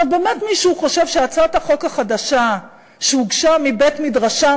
באמת מישהו חושב שהצעת החוק החדשה שהוגשה מבית מדרשם